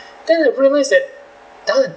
then I realised that darn